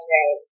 right